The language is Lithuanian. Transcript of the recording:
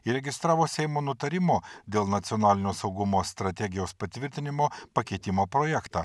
įregistravo seimo nutarimo dėl nacionalinio saugumo strategijos patvirtinimo pakeitimo projektą